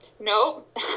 Nope